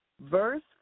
verse